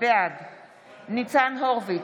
בעד ניצן הורוביץ,